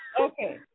Okay